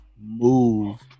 move